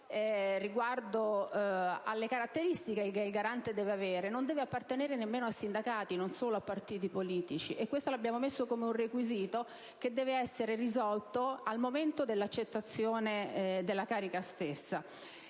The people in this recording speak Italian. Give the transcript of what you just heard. esempio, riguardo alle caratteristiche che il Garante deve avere, egli non deve appartenere neanche a sindacati, e non solo a partiti politici. E questo lo abbiamo posto come un requisito che deve essere presente al momento dall'accettazione della carica stessa.